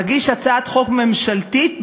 נגיש הצעת חוק ממשלתית,